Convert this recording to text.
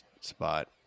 spot